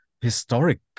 historic